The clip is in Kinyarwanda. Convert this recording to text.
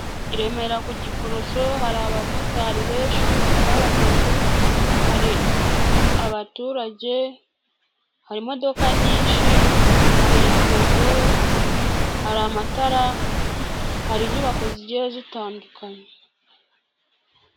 Iremera ku Giporoso hari abamotari benshi batwara abagenzi, hari abaturage, hari imodoka nyinshi, hari ipoto, hari amatara, hari inyubako zigiye zitandukanye.